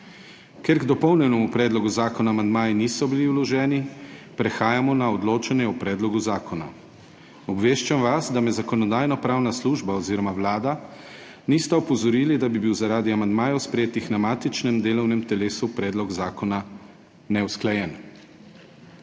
Ker k dopolnjenemu predlogu zakona amandmaji niso bili vloženi, prehajamo na odločanje o predlogu zakona. Obveščam vas, da me Zakonodajno-pravna služba oziroma Vlada nista opozorili, da bi bil zaradi amandmajev, sprejetih na matičnem delovnem telesu, predlog zakona neusklajen.